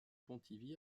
pontivy